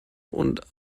und